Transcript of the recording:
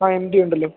ആ M T ഉണ്ടല്ലോ